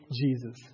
Jesus